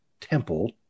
temple